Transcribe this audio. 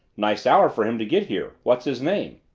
nice hour for him to get here. what's his name?